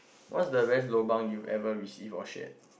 what is the best lobang you ever received or shared